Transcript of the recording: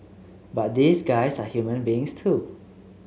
but these guys are human beings too